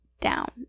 down